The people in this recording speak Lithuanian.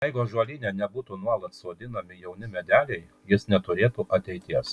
jeigu ąžuolyne nebūtų nuolat sodinami jauni medeliai jis neturėtų ateities